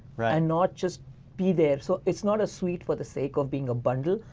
and not just be there so it's not a suite for the sake of being a bundle.